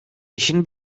i̇şin